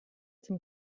zum